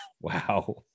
Wow